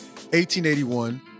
1881